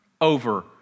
over